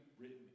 written